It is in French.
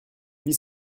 vis